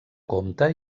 comte